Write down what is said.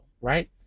right